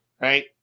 Right